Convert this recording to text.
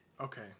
Okay